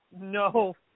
No